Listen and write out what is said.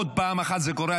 עוד פעם אחת זה קורה,